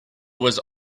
was